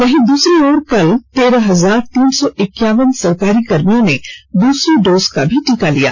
वहीं दूसरी ओर कल तेरह हजार तीन सौ इक्यावन सरकारी कर्मियों ने दूसरी डोज का भी टीका लिया